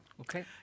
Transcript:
Okay